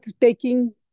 taking